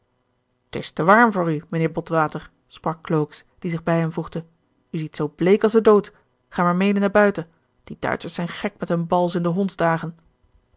t is te warm voor u mijnheer botwater sprak klooks die zich bij hem voegde u ziet zoo bleek als de dood ga maar mede naar buiten die duitschers zijn gek met hun bals in de hondsdagen